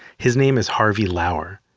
his name is harvey lauer.